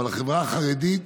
אבל החברה החרדית